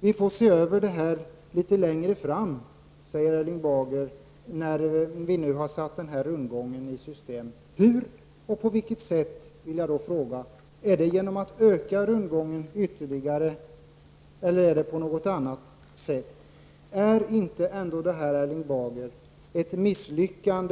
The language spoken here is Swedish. Vi får se över detta litet längre fram, säger Erling Bager, när vi nu har satt den här rundgången i system. Jag vill då fråga: Hur, och på vilket sätt? Skall rundgången ökas ytterligare, eller skall man göra på något annat sätt? Är inte ändå detta, Erling Bager, ett misslyckande?